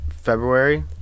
February